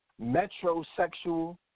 metrosexual